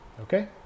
Okay